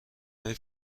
های